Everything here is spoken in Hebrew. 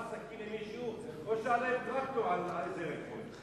סכין למישהו או שהוא עלה עם טרקטור על איזה רחוב.